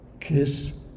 kiss